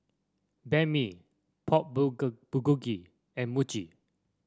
Banh Mi Pork Bulgogi and Mochi